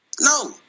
No